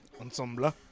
Ensemble